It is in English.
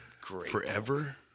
forever